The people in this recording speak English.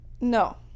No